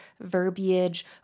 verbiage